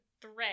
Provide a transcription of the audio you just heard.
thread